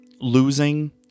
losing